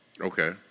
Okay